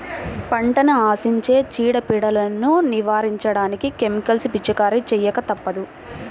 పంటని ఆశించే చీడ, పీడలను నివారించడానికి కెమికల్స్ పిచికారీ చేయక తప్పదు